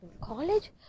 college